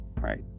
right